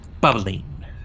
bubbling